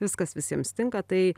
viskas visiems tinka tai